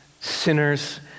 sinners